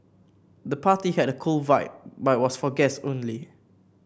the party had a cool vibe but was for guests only